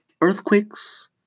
Earthquakes